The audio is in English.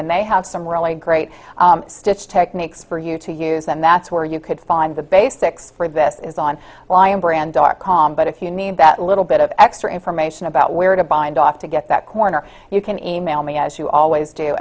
and they have some really great stitch techniques for you to use them that's where you could find the basics for this is on lion brand dark com but if you need that little bit of extra information about where to buy and off to get that corner you can e mail me as you always do